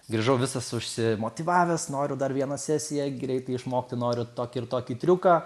grįžau visas užsimotyvavęs noriu dar vieną sesiją greitai išmokti noriu tokį ir tokį triuką